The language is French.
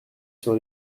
sur